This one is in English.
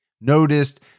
noticed